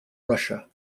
russia